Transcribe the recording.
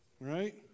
right